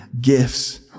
gifts